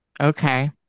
Okay